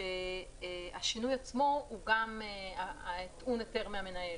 והשינוי עצמו גם טעון היתר מהמנהל.